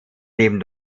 leben